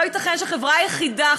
לא ייתכן שחברה יחידה,